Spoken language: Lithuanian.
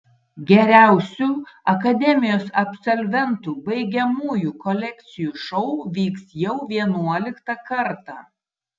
geriausių akademijos absolventų baigiamųjų kolekcijų šou vyks jau vienuoliktą kartą